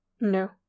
No